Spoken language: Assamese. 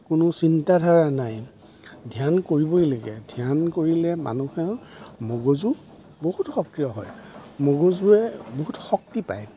কোনো চিন্তাধাৰা নাই ধ্যান কৰিবই লাগে ধ্যান কৰিলে মানুহৰ মগজু বহুত সক্ৰিয় হয় মগজুৱে বহুত শক্তি পায়